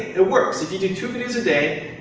it works. if you do two videos a day,